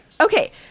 Okay